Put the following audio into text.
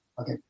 Okay